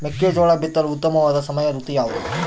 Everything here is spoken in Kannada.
ಮೆಕ್ಕೆಜೋಳ ಬಿತ್ತಲು ಉತ್ತಮವಾದ ಸಮಯ ಋತು ಯಾವುದು?